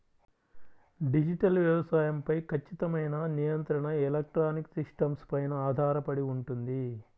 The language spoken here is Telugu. డిజిటల్ వ్యవసాయం పై ఖచ్చితమైన నియంత్రణ ఎలక్ట్రానిక్ సిస్టమ్స్ పైన ఆధారపడి ఉంటుంది